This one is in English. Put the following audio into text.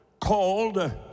called